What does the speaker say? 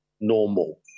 normal